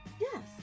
Yes